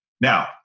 Now